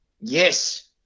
Yes